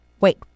Wait